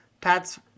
Pat's